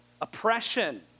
oppression